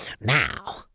Now